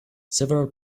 several